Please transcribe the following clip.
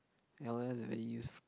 l_o_l is a very useful